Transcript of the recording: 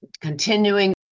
continuing